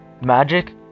magic